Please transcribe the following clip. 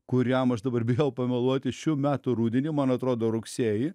kuriam aš dabar bijau pameluoti šių metų rudenį man atrodo rugsėjį